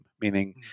meaning